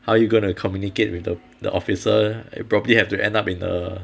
how you going to communicate with the the officer you probably have to end up in a